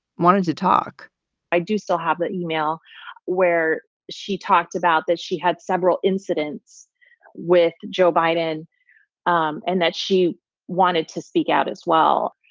wanted to talk i do still have that email where she talked about that she had several incidents with joe biden um and that she wanted to speak out as well.